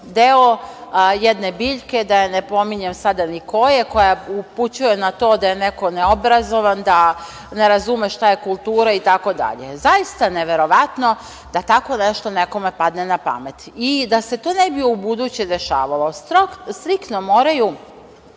deo jedne biljke, da je ne pominjem sada koja je, koja upućuje na to da je neko neobrazovan, da ne razume šta je kultura, itd. Zaista neverovatno da tako nešto nekome padne na pamet. Da se to ne bi ubuduće dešavalo striktno moraju